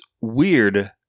Weird